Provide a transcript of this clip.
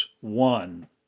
one